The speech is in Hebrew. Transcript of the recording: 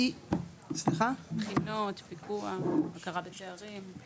בחינות, פיקוח, הכרה בתארים.